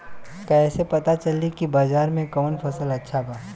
कैसे पता चली की बाजार में कवन फसल अच्छा बा?